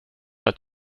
att